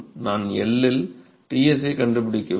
நான் L இல் Ts ஐக் கண்டுபிடிக்க வேண்டும்